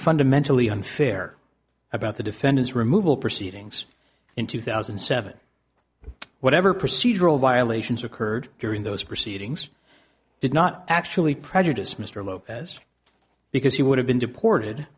fundamentally unfair about the defendant's removal proceedings in two thousand and seven whatever procedural violations occurred during those proceedings did not actually prejudice mr lopez because he would have been deported